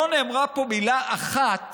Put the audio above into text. לא נאמרה פה מילה אחת